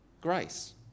grace